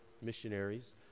missionaries